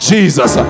Jesus